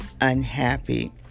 Unhappy